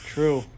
True